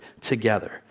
together